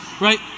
right